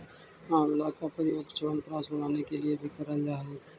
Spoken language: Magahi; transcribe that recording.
आंवला का प्रयोग च्यवनप्राश बनाने के लिए भी करल जा हई